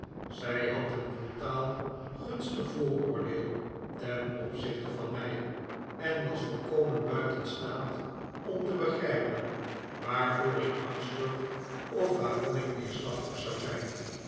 zij had een brutaal gunstig vooroordeel ten opzichte van mij en was volkomen buiten staat om te begrijpen waarvoor ik angsti g of waarom ik neerslachtig zou zijn